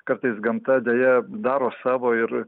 kartais gamta deja daro savo ir